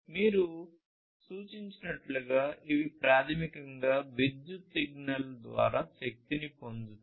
పేరు సూచించినట్లుగా ఇవి ప్రాథమికంగా విద్యుత్ సిగ్నల్ ద్వారా శక్తిని పొందుతాయి